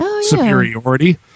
superiority